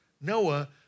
Noah